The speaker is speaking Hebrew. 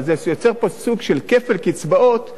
אבל זה יוצר פה סוג של כפל קצבאות קיום.